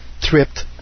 Tripped